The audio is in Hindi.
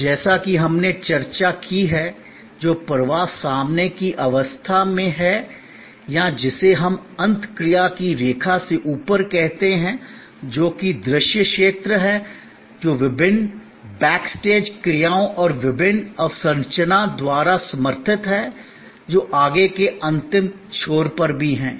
और जैसा कि हमने चर्चा की है जो प्रवाह सामने की अवस्था में है या जिसे हम अंतःक्रिया की रेखा से ऊपर कहते हैं जो कि दृश्य क्षेत्र है जो विभिन्न बैक स्टेज क्रियाओं और विभिन्न अवसंरचना द्वारा समर्थित है जो आगे के अंतिम छोर पर भी हैं